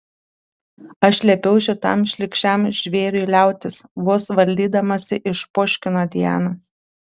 aš liepiau šitam šlykščiam žvėriui liautis vos valdydamasi išpoškino diana